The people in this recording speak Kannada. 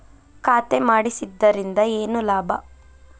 ಖಾತೆ ಮಾಡಿಸಿದ್ದರಿಂದ ಏನು ಲಾಭ?